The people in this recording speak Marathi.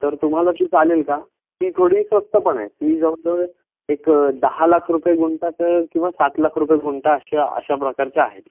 तर तुम्हाला अशी चालेल का ती थोडी स्वस्त पण आहे ती जवळजवळ एक दहा लाख रुपये गुंठा तर किंवा सात लाख रुपये गुंठा अशा अशा प्रकारच्या आहेत